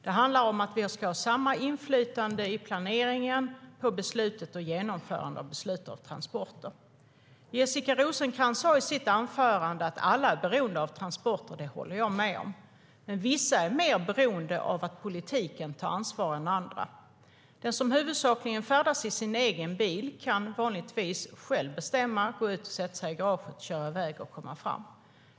Det handlar om att vi ska ha samma inflytande i planering, i beslut och i genomförande av beslut om transporter. Jessica Rosencrantz sa i sitt anförande att alla är beroende av transporter. Det håller jag med om. Men vissa är mer beroende av att politiken tar ansvar än andra. Den som huvudsakligen färdas i sin egen bil kan vanligtvis själv bestämma, gå ut till garaget och sätta sig i bilen och köra iväg och komma fram.